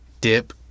dip